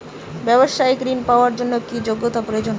ব্যবসায়িক ঋণ পাওয়ার জন্যে কি যোগ্যতা প্রয়োজন?